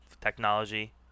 technology